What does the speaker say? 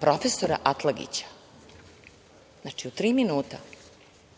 profesora Atlagića. Znači u tri minuta.